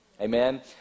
Amen